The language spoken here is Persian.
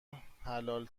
حلال